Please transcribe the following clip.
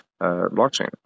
blockchain